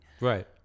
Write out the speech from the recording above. Right